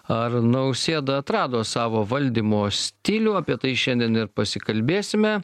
ar nausėda atrado savo valdymo stilių apie tai šiandien ir pasikalbėsime